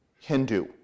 Hindu